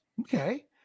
Okay